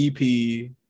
EP